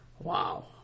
Wow